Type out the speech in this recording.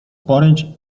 poręcz